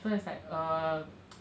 so it's like err